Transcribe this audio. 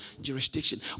jurisdiction